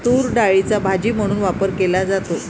तूरडाळीचा भाजी म्हणून वापर केला जातो